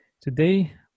Today